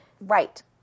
Right